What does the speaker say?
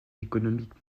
économique